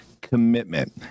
commitment